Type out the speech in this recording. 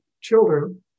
children